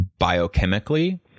biochemically